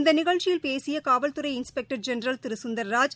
இந்த நிகழ்ச்சியில் பேசிய காவல்துறை இன்ஸ்பெக்டர் ஜெனரல் திரு பி கந்தர்ராஜ்